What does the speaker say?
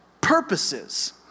purposes